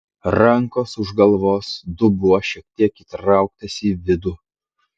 rankos už galvos dubuo šiek tiek įtrauktas į vidų